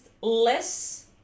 less